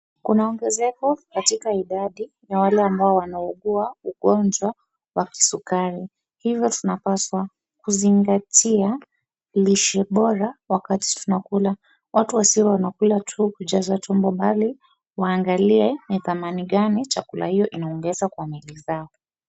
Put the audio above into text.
Kuna ongezeko katika idadi ya wale ambao wanaugua ugonjwa wa kisukari. Hivyo tunapsawa kuzingatia lishe bora wakati tunakula. Watu wasiwe wanakula tu kujaza tumbo, bali waangalie ni dhamani gani chakula hiyo inaongeza kwa miili zao.